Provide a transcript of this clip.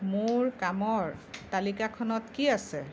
মোৰ কামৰ তালিকাখনত কি আছে